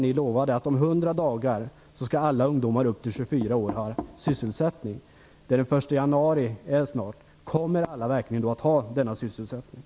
Ni lovade när ni tillträdde att alla ungdomar upp till 24 år skulle ha sysselsättning om hundra dagar. Det är snart den första januari. Kommer alla verkligen att ha sysselsättning då?